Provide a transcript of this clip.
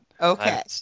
Okay